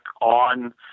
on